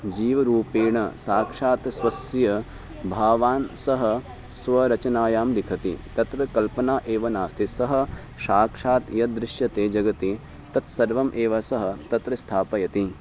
जीवरूपेण साक्षात् स्वस्य भावान् सः स्वरचनायां लिखति तत्र कल्पना एव नास्ति सः साक्षात् यद् दृश्यते जगति तत्सर्वम् एव सः तत्र स्थापयति